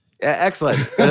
excellent